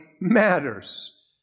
matters